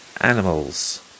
Animals